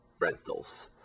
rentals